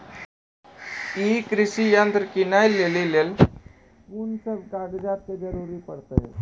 ई कृषि यंत्र किनै लेली लेल कून सब कागजात के जरूरी परतै?